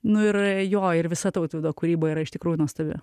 nu ir jo ir visa tautvydo kūryba yra iš tikrųjų nuostabi